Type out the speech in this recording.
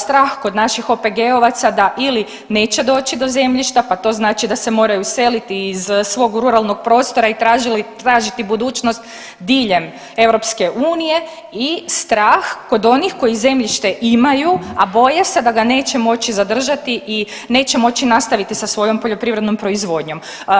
Strah kod naših OPG-ovaca da ili neće doći do zemljišta pa to znači da se moraju seliti iz svog ruralnog prostora i tražiti budućnost diljem EU i strah kod onih koji zemljište imaju, a boje se da ga neće moći zadržati i neće moći nastaviti sa svojom poljoprivrednom proizvodnjom.